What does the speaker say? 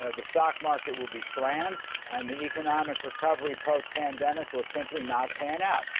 ah the stock market will be slammed and the economic recovery post pandemic will simply not pan out.